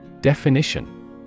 Definition